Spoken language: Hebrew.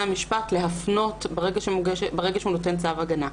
המשפט להפנות ברגע שהוא נותן צו הגנה.